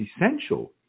essential